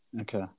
Okay